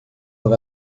leur